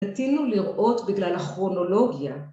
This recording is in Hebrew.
נטינו לראות בגלל הכרונולוגיה